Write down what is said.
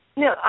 No